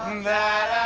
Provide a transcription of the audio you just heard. that?